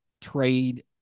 trade